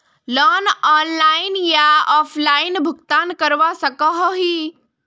Loan online या offline भुगतान करवा सकोहो ही?